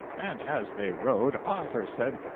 and as they rode, arthur said,